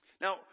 Now